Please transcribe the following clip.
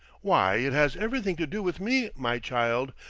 why, it has everything to do with me, my child.